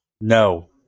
No